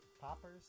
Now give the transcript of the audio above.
Poppers